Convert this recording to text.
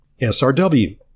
SRW